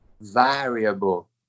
variable